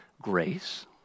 grace